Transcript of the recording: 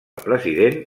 president